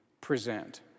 present